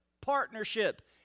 partnership